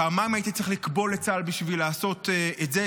פעמיים הייתי צריך לקבול לצה"ל בשביל לעשות את זה,